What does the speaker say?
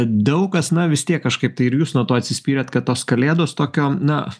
daug kas na vis tiek kažkaip tai ir jūs nuo to atsispyrėt kad tos kalėdos tokio na